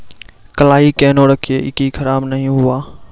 कलाई केहनो रखिए की खराब नहीं हुआ?